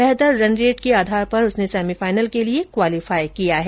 बेहतर run rate के आधार पर उसने सेमीफाइनल के लिए क्वालिफाई किया है